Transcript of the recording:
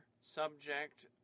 subject